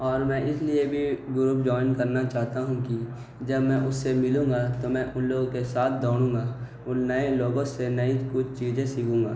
اور میں اس لیے بھی گروپ جوائن کرنا چاہتا ہوں کہ جب میں اس سے ملوں گا تو میں ان لوگوں کے ساتھ دوڑوں گا ان نئے لوگوں سے نئی کچھ چیزیں سیکھوں گا